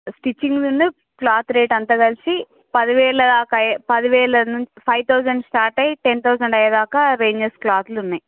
స్టిచింగునూ cloth rate అంతా కలిసి పదివేల దాకయే పది వేల నుం ఫైవ్ థౌజండ్ స్టార్ట్ అయ్యి టెన్ థౌజండ్ అయ్యే దాకా రెంజస్ క్లాత్లు ఉన్నాయి